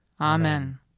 Amen